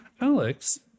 Alex